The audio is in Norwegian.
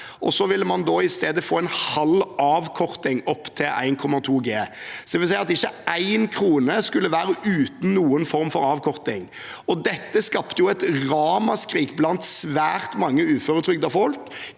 og så ville man i stedet få en halv avkorting opp til 1,2 G. Det vil si at ikke én krone skulle være uten noen form for avkorting. Dette skapte jo et ramaskrik blant svært mange uføretrygdede folk